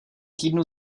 týdnu